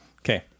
Okay